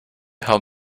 help